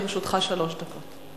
לרשותך שלוש דקות.